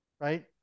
right